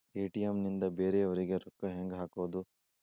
ATM ನಿಂದ ಬೇರೆಯವರಿಗೆ ರೊಕ್ಕ ಹೆಂಗ್ ಹಾಕೋದು?